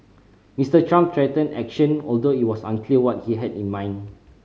Mister Trump threatened action although it was unclear what he had in mind